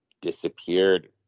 disappeared